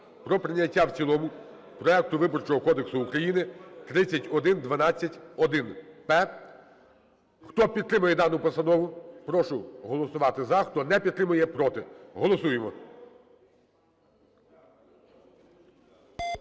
про прийняття в цілому проекту Виборчого кодексу України (3112-1П). Хто підтримує дану постанову, прошу голосувати - за, хто не підтримує – проти. Голосуємо.